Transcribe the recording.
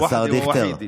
( שיש רשימה אחת ויחידה,